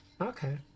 Okay